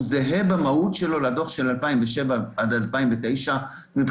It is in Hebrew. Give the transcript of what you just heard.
שהוא זהה במהות שלו לדוח של 2009-2007 מבחינת